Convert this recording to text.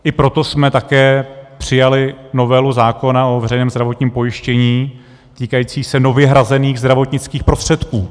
I proto jsme také přijali novelu zákona o veřejném zdravotním pojištění týkající se jenom vyhrazených zdravotnických prostředků.